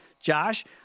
Josh